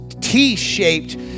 T-shaped